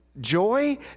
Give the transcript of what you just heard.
Joy